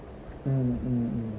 mm